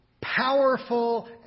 powerful